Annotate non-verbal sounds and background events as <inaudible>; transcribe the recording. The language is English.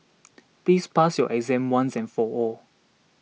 <noise> please pass your exam once and for all